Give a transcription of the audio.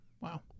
Wow